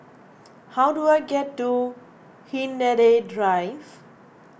how do I get to Hindhede Drive